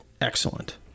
Excellent